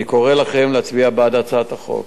אני קורא לכם להצביע בעד הצעת החוק.